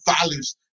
values